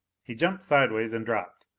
he jumped sidewise and dropped,